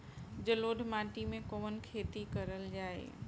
जलोढ़ माटी में कवन खेती करल जाई?